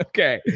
Okay